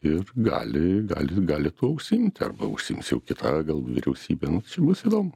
ir gali gali gali tuo užsiimti arba užsiims jau kita galbūt vyriausybė bus įdomu